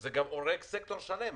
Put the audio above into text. זה גם הורג סקטור שלם.